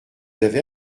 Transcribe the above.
avez